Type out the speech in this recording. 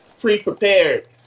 pre-prepared